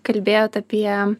kalbėjot apie